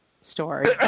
story